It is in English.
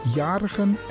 jarigen